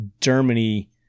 Germany